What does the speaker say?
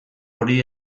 hori